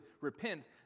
repent